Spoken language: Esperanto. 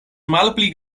malpli